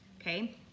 Okay